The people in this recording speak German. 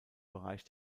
bereich